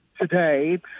today